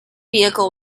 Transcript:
vehicle